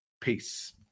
Peace